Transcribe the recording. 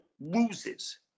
loses